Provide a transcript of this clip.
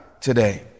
today